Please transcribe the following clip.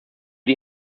die